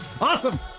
Awesome